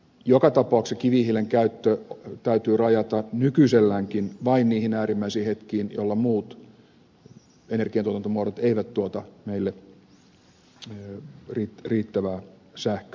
joka tapauksessa kivihiilen käyttö täytyy rajata nykyiselläänkin vain niihin äärimmäisiin hetkiin jolloin muut energiantuotantomuodot eivät tuota meille riittävää sähköä